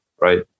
right